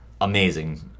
amazing